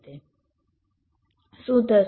શું થશે